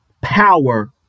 power